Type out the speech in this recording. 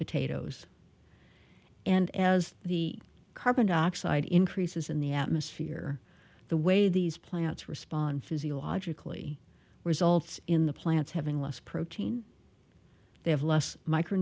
potatoes and as the carbon dioxide increases in the atmosphere the way these plants respond physiologically results in the plants having less protein they have less